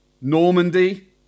Normandy